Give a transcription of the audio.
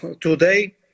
today